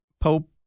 Pope